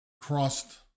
crossed